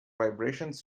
vibrations